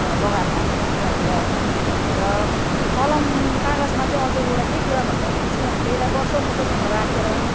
लगाएको हुन्छौँ त्यहाँनिर है र कलम कागजमा चाहिँ अझ एउटा के कुरा भन्दाखेरि चाहिँ हामीले यसलाई वर्षौँ वर्षसम्म राखेर